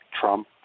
Trump